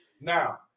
now